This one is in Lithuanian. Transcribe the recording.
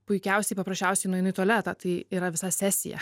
puikiausiai paprasčiausiai nueinu į tualetą tai yra visa sesija